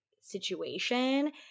situation